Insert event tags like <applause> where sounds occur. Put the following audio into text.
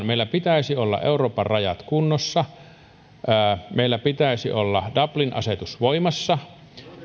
<unintelligible> meillä pitäisi olla euroopan rajat kunnossa meillä pitäisi olla dublin asetus voimassa